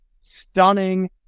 stunning